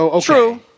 True